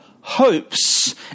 hopes